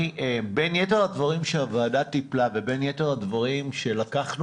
בין יתר הדברים שהוועדה טיפלה ובין יתר הדברים שלקחנו